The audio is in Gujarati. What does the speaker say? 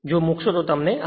જો મુકશો તો તમને આ મળશે